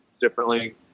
differently